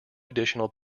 additional